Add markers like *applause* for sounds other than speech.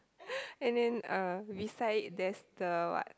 *breath* and then uh beside it there's the what